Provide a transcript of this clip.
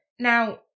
Now